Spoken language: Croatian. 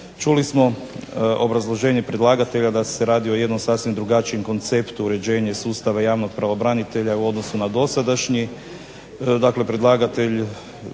Čuli smo obrazloženje predlagatelja da se radi o jednom sasvim drugačijem konceptu uređenja sustava javnog pravobranitelja u odnosu na dosadašnji,